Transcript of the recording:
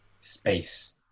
Space